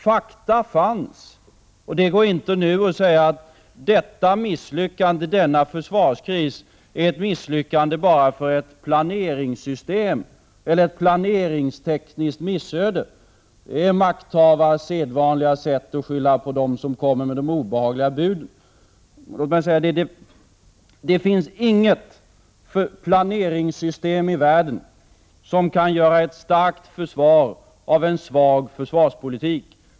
Fakta fanns — det går inte nu att säga att detta misslyckande, denna försvarskris, är ett misslyckande bara för ett planeringssystem eller ett planeringstekniskt missöde. Sådana uttalanden är makthavares sedvanliga sätt att skylla på dem som kommer med de obehagliga budskapen. Det finns inget planeringssystem i världen som kan göra ett starkt försvar av en svag försvarspolitik.